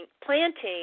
planting